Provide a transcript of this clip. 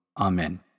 Amen